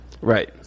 Right